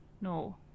No